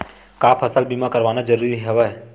का फसल बीमा करवाना ज़रूरी हवय?